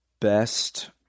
best